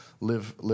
live